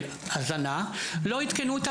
למשרד